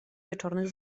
wieczornych